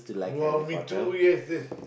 !wow! me too yes yes